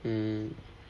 mm